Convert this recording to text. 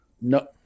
No